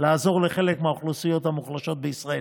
לעזור לחלק מהאוכלוסיות המוחלשות בישראל.